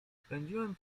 spędziłem